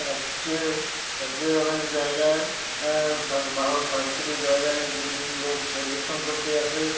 রাজ্যে রাজ্যের অনেক জায়গায় ভালো সাংস্কৃতিক জায়গায় লোক পরিদর্শন করতে আসে